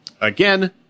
again